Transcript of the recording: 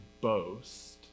boast